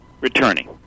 Returning